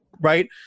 right